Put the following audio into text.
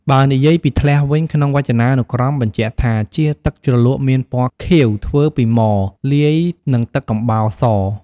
បើនិយាយពីធ្លះវិញ ក្នុងវចនានុក្រមបញ្ជាក់ថា ជាទឹកជ្រលក់មានពណ៌ខៀវ ធ្វើពីមរ លាយនឹងទឹកកំបោរ ស។